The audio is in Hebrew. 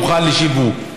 מוכן לשיווק.